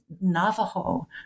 Navajo